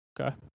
okay